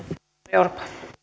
arvoisa